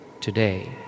today